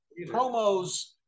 promos